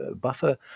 buffer